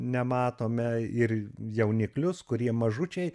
nematome ir jauniklius kurie mažučiai